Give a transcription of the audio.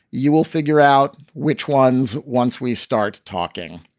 you will figure out which ones. once we start talking.